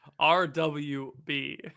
RWB